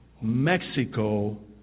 Mexico